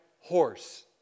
horse